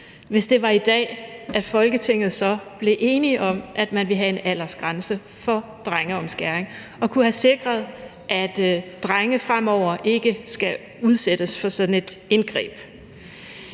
hvis det var i dag, at Folketinget så blev enige om, at man ville have en aldersgrænse for drengeomskæring, og kunne have sikret, at drenge fremover ikke skulle udsættes for sådan et indgreb.